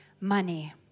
money